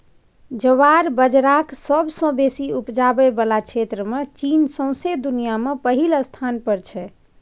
ज्वार बजराक सबसँ बेसी उपजाबै बला क्षेत्रमे चीन सौंसे दुनियाँ मे पहिल स्थान पर छै